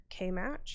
Kmatch